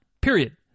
period